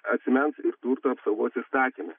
asmens ir turto apsaugos įstatyme